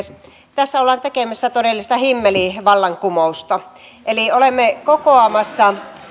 tässä ollaan tekemässä todellista himmelivallankumousta eli olemme kokoamassa